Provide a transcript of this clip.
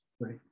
Right